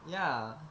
ya